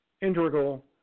integral